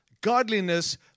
godliness